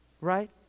Right